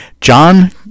john